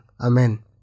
amen